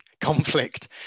conflict